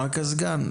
רק הסגן?